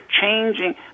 changing